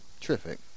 Terrific